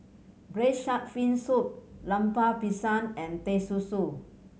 Braised Shark Fin Soup Lemper Pisang and Teh Susu